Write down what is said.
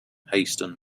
hasten